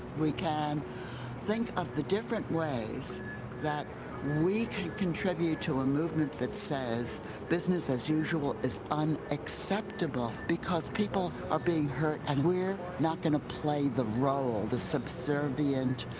we can think of the different ways that we can contribute to ah that says business as usual is unacceptable, because people are being hurt, and we're not gonna play the role, the subservient,